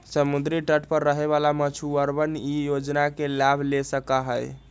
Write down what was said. समुद्री तट पर रहे वाला मछुअरवन ई योजना के लाभ ले सका हई